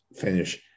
finish